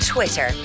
Twitter